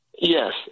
Yes